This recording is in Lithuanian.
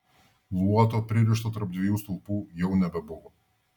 luoto pririšto tarp dviejų stulpų jau nebebuvo